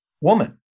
woman